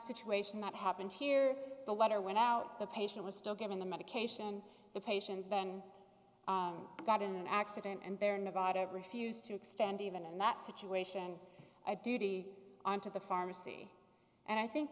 situation that happened here the letter went out the patient was still given the medication and the patient then got in an accident and there nevada refused to extend even in that situation a duty to the pharmacy and i think